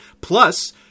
Plus